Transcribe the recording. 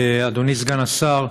אדוני סגן השר,